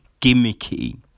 gimmicky